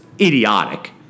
idiotic